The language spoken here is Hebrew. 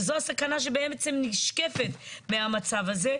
שזו הסכנה שבעצם נשקפת מהמצב הזה,